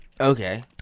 Okay